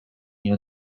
nie